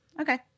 okay